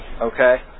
Okay